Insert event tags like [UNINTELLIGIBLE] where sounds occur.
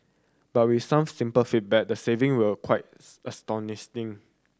but with some simple feedback the saving were quite [UNINTELLIGIBLE] astounding